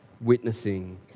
witnessing